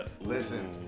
Listen